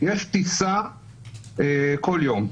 יש טיסה כל יום.